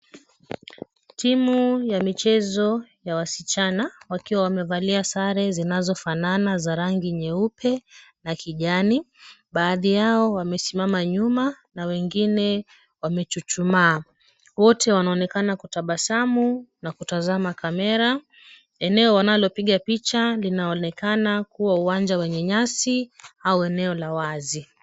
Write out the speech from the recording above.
Timu ya michezo ya wasichana, wakiwa wamevalia sare zinazofanana za rangi nyeupe na kijani, baadhi yao wamesimama nyuma na wengine wamechuchuma, wote wanaonekana kutabasamu na kutazama kamera. Eneo wanalopiga linaonekana kuwa uwanja wenye nyasi au eneo la wazi.